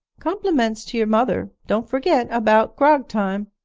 compliments to your mother. don't forget about grog time